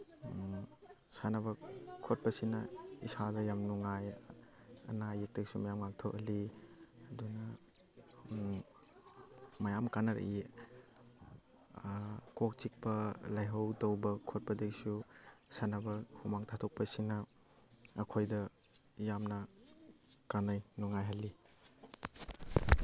ꯁꯥꯟꯅꯕ ꯈꯣꯠꯄꯁꯤꯅ ꯏꯁꯥꯗ ꯌꯥꯝ ꯅꯨꯡꯉꯥꯏ ꯑꯅꯥ ꯑꯌꯦꯛꯇꯩꯁꯨ ꯃꯌꯥꯝ ꯉꯥꯛꯊꯣꯛꯍꯜꯂꯤ ꯑꯗꯨꯅ ꯃꯌꯥꯝ ꯀꯥꯟꯅꯔꯛꯏ ꯀꯣꯛ ꯆꯤꯛꯄ ꯂꯥꯏꯍꯧ ꯇꯧꯕ ꯈꯣꯠꯄꯗꯩꯁꯨ ꯁꯥꯟꯅꯕ ꯍꯨꯃꯥꯡ ꯊꯥꯗꯣꯛꯄꯁꯤꯅ ꯑꯈꯣꯏꯗ ꯌꯥꯝꯅ ꯀꯥꯟꯅꯩ ꯅꯨꯡꯉꯥꯏꯍꯜꯂꯤ